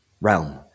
realm